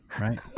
right